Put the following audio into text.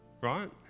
right